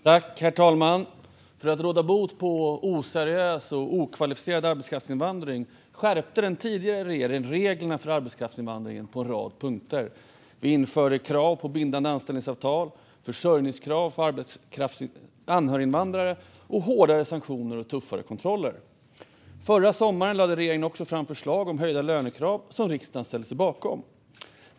Herr talman! För att råda bot på oseriös och okvalificerad arbetskraftsinvandring skärpte den tidigare regeringen reglerna för arbetskraftsinvandringen på en rad punkter. Vi införde krav på bindande anställningsavtal, försörjningskrav på anhöriginvandrare samt hårdare sanktioner och tuffare kontroller. Förra sommaren lade regeringen också fram förslag om höjda lönekrav, som riksdagen ställde sig bakom.